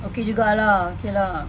okay juga lah okay lah